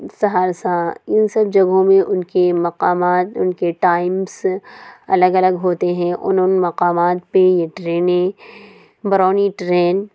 سہارسہ ان سب جگہوں میں ان کے مقامات ان کے ٹائمس الگ الگ ہوتے ہیں ان ان مقامات پہ یہ ٹرینیں برونی ٹرین